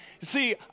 See